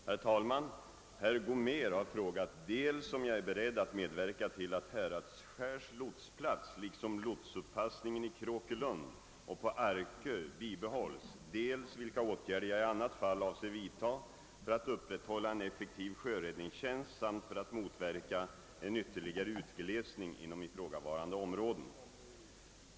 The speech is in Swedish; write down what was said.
Herr talman! Herr Gomér har frågat dels om jag är beredd att medverka till att Häradsskärs lotsplats liksom lotsuppassningen i Kråkelund och på Arkö bibehålls, dels vilka åtgärder jag i annat fall avser vidta för att upprätthålla en effektiv sjöräddningstjänst samt för att motverka en ytterligare utglesning inom ifrågavarande områden.